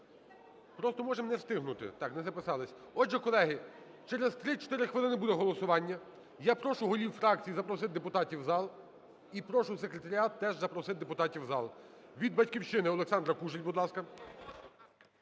Просто можемо не встигнути. Так, не записались. Отже, колеги, через 3-4 хвилини буде голосування. Я прошу голів фракцій запросити депутатів в зал. І прошу Секретаріат теж запросити депутатів у зал. Від "Батьківщини" Олександра Кужель, будь ласка.